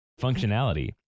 functionality